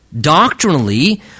doctrinally